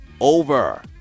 over